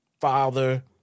father